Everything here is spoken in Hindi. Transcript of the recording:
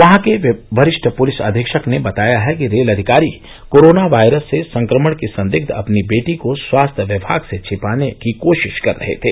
वहां के वरिष्ठ पुलिस अधीक्षक ने बताया है कि रेल अधिकारी कोरोना वायरस से संक्रमण की संदिग्ध अपनी बेटी को स्वास्थ्य विभाग से छिपाने की कोशिश कर रहे थे